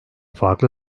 farklı